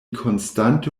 konstante